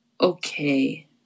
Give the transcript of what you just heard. okay